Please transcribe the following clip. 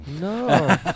no